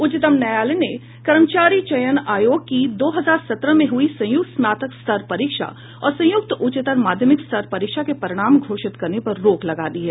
उच्चतम न्यायालय ने कर्मचारी चयन आयोग की दो हजार सत्रह में हुई संयुक्त स्नातक स्तर परीक्षा और संयुक्त उच्चतर माध्यमिक स्तर परीक्षा के परिणाम घोषित करने पर रोक लगा दी है